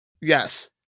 Yes